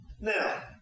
Now